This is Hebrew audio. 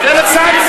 תתביישו